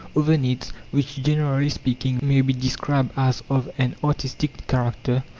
other needs, which, generally speaking, may be described as of an artistic character,